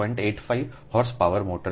85 HP motors 0